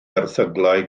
erthyglau